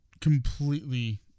completely